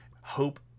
hope